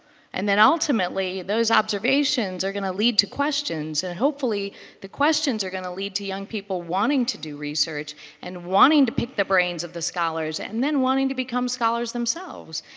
and then ultimately those observations are going to lead to questions. and hopefully the questions are going to lead to young people wanting to do research and wanting to pick the brains of the scholars, and then wanting to become scholars themselves.